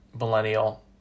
millennial